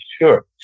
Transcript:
sure